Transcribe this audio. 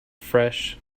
fresh